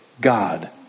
God